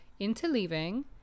interleaving